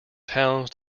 towns